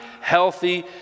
healthy